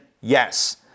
Yes